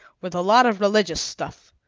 with a lot of religious stuff.